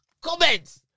Comments